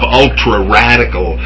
ultra-radical